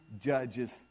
judges